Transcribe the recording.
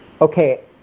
Okay